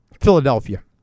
Philadelphia